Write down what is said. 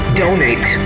donate